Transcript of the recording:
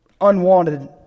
unwanted